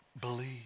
Believe